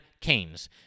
Canes